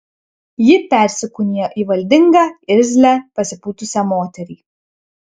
ji persikūnijo į valdingą irzlią pasipūtusią moterį